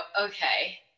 okay